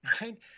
right